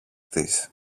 της